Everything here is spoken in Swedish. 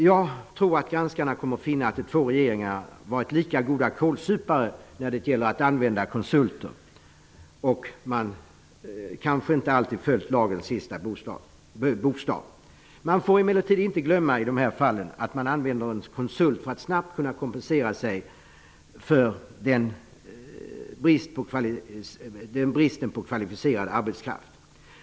Jag tror att granskarna kommer att finna att de två regeringarna varit lika goda kålsupare när det gäller att använda konsulter. Man kanske inte alltid har följt lagens bokstav. Vi får emellertid inte glömma att man använder en konsult för att snabbt kunna kompensera sig för bristen på kvalificerad arbetskraft.